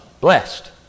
blessed